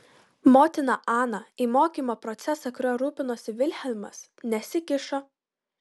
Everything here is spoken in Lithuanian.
motina ana į mokymo procesą kuriuo rūpinosi vilhelmas nesikišo